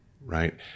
right